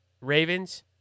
Ravens